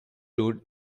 load